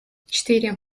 четыре